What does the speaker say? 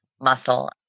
muscle